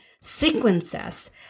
sequences